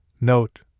note